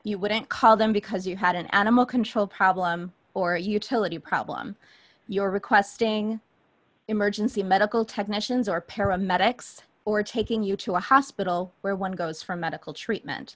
you wouldn't call them because you had an animal control problem or a utility problem you are requesting emergency medical technicians or paramedics or taking you to a hospital where one goes for medical treatment